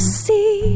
see